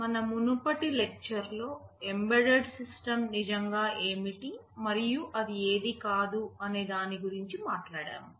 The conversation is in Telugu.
మన మునుపటి లెక్చర్లో ఎంబెడెడ్ సిస్టమ్ నిజంగా ఏమిటి మరియు అది ఏది కాదు అనే దాని గురించి మాట్లాడాము